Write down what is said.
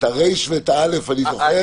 את ר' ואת א' אני זוכר.